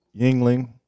Yingling